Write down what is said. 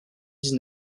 dix